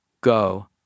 go